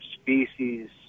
species